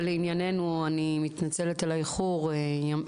אני מתנצלת על האיחור לדיון,